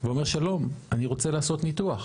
ואומר שלום, אני רוצה לעשות ניתוח.